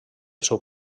seu